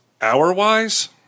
hour-wise